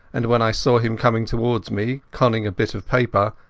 and when i saw him coming towards me, conning a bit of paper,